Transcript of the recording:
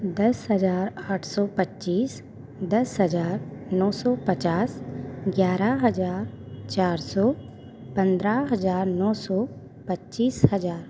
दस हजार आठ सौ पच्चीस दस हजार नौ सौ पचास ग्यारह हजार चार सौ पन्द्रह हजार नौ सौ पच्चीस हजार